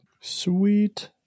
Sweet